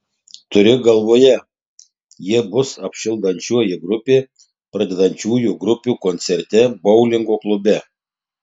turi galvoje jie bus apšildančioji grupė pradedančiųjų grupių koncerte boulingo klube